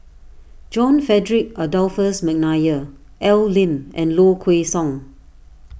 John Frederick Adolphus McNair Al Lim and Low Kway Song